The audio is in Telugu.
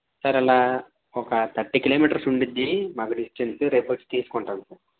సార్ అలా ఒక థర్టీ కిలోమీటర్స్ ఉంటుంది మాకు డిస్టెన్స్ రేపొచ్చి తీసుకుంటాము సార్